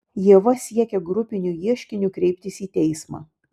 ieva siekia grupiniu ieškiniu kreiptis į teismą